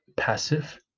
Passive